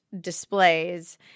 displays